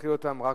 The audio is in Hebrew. ונתחיל אותן רק